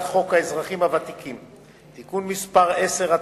חוק האזרחים הוותיקים (תיקון מס' 10),